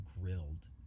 grilled